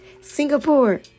Singapore